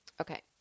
okay